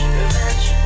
revenge